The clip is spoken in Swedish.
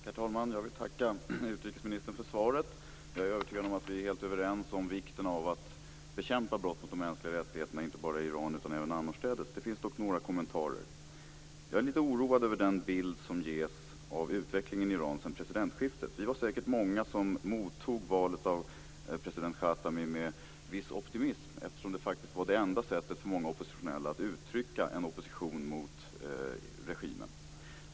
Herr talman! Jag tackar utrikesministern för svaret. Jag är övertygad om att vi är helt överens om vikten av att bekämpa brott mot de mänskliga rättigheterna inte bara i Iran utan även annorstädes. Det finns dock några kommentarer. Jag är lite oroad över den bild som ges av utvecklingen i Iran sedan presidentskiftet. Vi var säkert många som mottog valet av president Khatami med viss optimism, eftersom det faktiskt var det enda sättet för många oppositionella att uttrycka en opposition mot regimen.